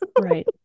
Right